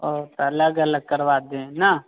और त अलग अलग करवा दें न